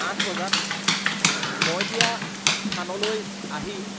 আঠ বজাত মই দিয়া স্থানলৈ আহি